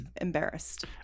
embarrassed